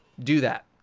do that.